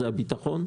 ביטחון.